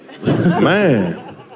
Man